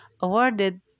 awarded